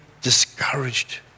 discouraged